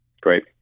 Great